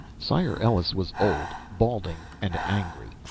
sire ellus was old, balding and angry,